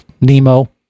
Nemo